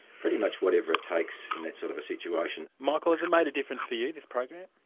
pretty much whatever it takes in that sort of a situation. michael, has it made a difference for you, this program?